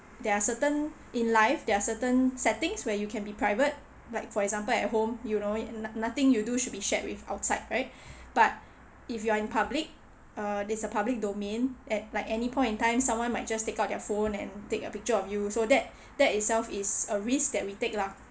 there are certain in life there're certain settings where you can be private like for example at home you know no~ nothing you do should be shared with outside right but if you are in public uh there is a public domain at like at any point in time someone might just take out their phone and take a picture of you so that that itself is a risk that we take lah